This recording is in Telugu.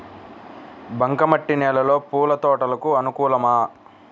బంక మట్టి నేలలో పూల తోటలకు అనుకూలమా?